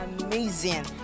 amazing